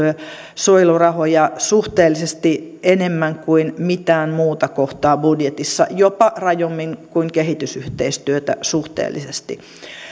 suojelurahoja suhteellisesti enemmän kuin mitään muuta kohtaa budjetissa jopa rajummin kuin kehitysyhteistyötä suhteellisesti